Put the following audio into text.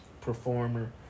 performer